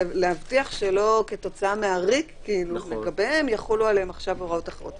להבטיח שכתוצאה מהריק לא יחולו עליהם עכשיו הוראות אחרות.